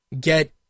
get